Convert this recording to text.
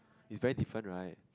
it's very different right